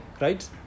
right